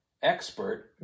expert